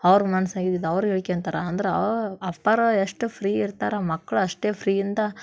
ಅವ್ರ ಮನ್ಸಾಗಿದ್ದಿದ್ದು ಅವ್ರು ಹೇಳ್ಕೊಳ್ತಾರ ಅಂದ್ರೆ ಅಪ್ಪಾರು ಎಷ್ಟು ಫ್ರೀ ಇರ್ತಾರೆ ಮಕ್ಳು ಅಷ್ಟೇ ಫ್ರೀ ಇಂದ